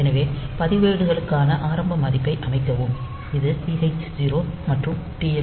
எனவே பதிவேடுகளுக்கான ஆரம்ப மதிப்பை அமைக்கவும் இது TH 0 மற்றும் TL 0